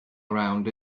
around